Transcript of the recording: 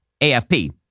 AFP